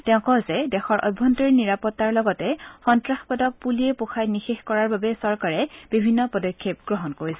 তেওঁ কয় যে দেশৰ অভ্যন্তৰীণ নিৰাপতাৰ লগতে সন্তাসবাদক পুলিয়ে পোখাই নিশেষ কৰাৰ বাবে চৰকাৰে বিভিন্ন পদক্ষেপ গ্ৰহণ কৰিছে